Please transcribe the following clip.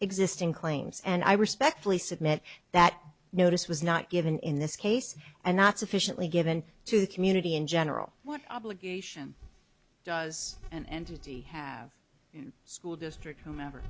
claims and i respectfully submit that notice was not given in this case and not sufficiently given to the community in general what obligation does an entity have in school district whomever